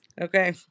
Okay